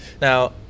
Now